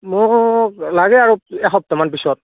মোক লাগে আৰু এসপ্তাহমান পিছত